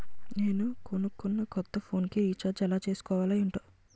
నేను కొనుకున్న కొత్త ఫోన్ కి రిచార్జ్ ఎలా చేసుకోవాలో ఏంటో